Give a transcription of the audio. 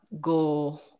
go